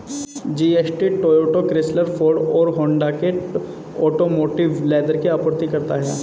GST Toyota, Chrysler, Ford और Honda के automotive leather की आपूर्ति करता है